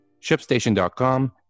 Shipstation.com